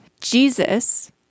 Jesus